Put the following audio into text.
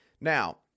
Now